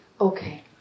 Okay